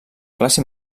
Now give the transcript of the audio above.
classe